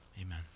Amen